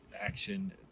action